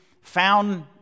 Found